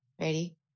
Ready